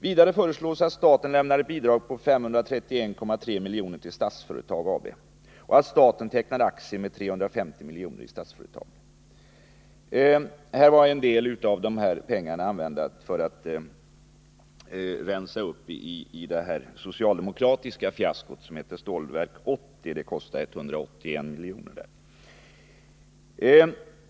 Vidare föreslås att staten lämnar ett bidrag av 531,3 milj.kr. till Statsföretag AB och att staten tecknar aktier med 350 milj.kr. i Statsföretag. Här var en del av pengarna använda till att rensa uppi det socialdemokratiska fiasko som heter Stålverk 80 — det kostade 181 miljoner.